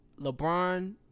LeBron